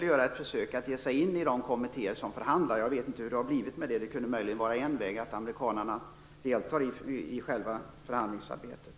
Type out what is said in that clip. det, göra ett försök att ge sig in i de kommittéer som förhandlar. Jag vet inte hur det är med den saken. Möjligen är en väg att amerikanarna deltar i själva förhandlingsarbetet.